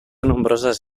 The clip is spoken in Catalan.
nombroses